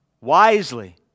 wisely